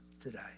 today